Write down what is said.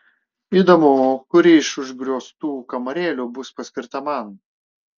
įdomu kuri iš užgrioztų kamarėlių bus paskirta man